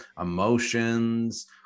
emotions